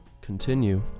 continue